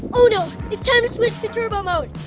oh no! it's time to switch to turbo mode!